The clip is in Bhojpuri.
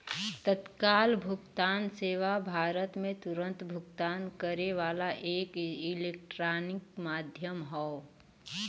तत्काल भुगतान सेवा भारत में तुरन्त भुगतान करे वाला एक इलेक्ट्रॉनिक माध्यम हौ